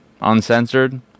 uncensored